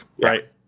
right